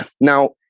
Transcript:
Now